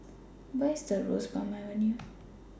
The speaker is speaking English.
Where IS Roseburn Avenue